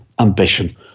Ambition